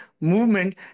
movement